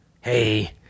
hey